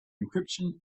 encryption